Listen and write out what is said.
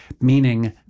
meaning